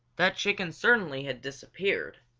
that chicken certainly had disappeared,